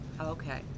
okay